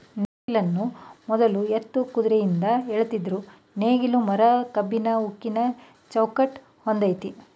ನೇಗಿಲನ್ನು ಮೊದ್ಲು ಎತ್ತು ಕುದ್ರೆಯಿಂದ ಎಳಿತಿದ್ರು ನೇಗ್ಲು ಮರ ಕಬ್ಬಿಣ ಉಕ್ಕಿನ ಚೌಕಟ್ ಹೊಂದಯ್ತೆ